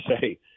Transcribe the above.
say